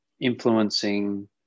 Influencing